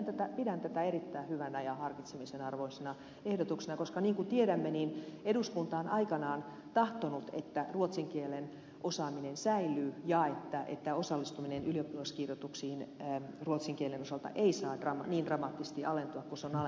minä pidän tätä erittäin hyvänä ja harkitsemisen arvoisena ehdotuksena koska niin kuin tiedämme eduskunta on aikanaan tahtonut että ruotsin kielen osaaminen säilyy ja että osallistuminen ylioppilaskirjoituksiin ruotsin kielen osalta ei saa niin dramaattisesti alentua kuin se on alentunut